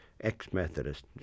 ex-methodist